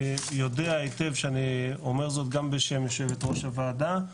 אני יודע היטב שאני אומר זאת גם בשם יושבת ראש הוועדה,